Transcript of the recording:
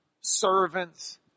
servants